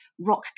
rock